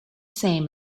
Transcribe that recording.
same